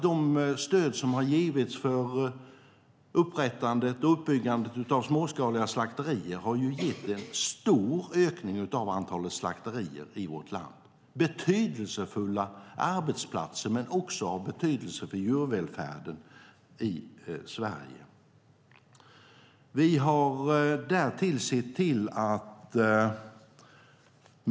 De stöd som har givits för upprättandet och uppbyggandet av småskaliga slakterier har gett en stor ökning av antalet slakterier i vårt land. Det är betydelsefulla arbetsplatser, men det är också av betydelse för djurvälfärden i Sverige.